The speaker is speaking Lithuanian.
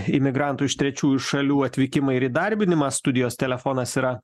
imigrantų iš trečiųjų šalių atvykimą ir įdarbinimą studijos telefonas yra